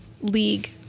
league